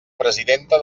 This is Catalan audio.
presidenta